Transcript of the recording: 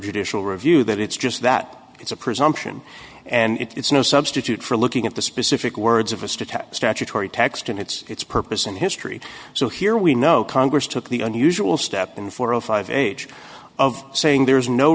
judicial review that it's just that it's a presumption and it's no substitute for looking at the specific words of us the statutory text and its purpose and history so here we know congress took the unusual step in four or five age of saying there is no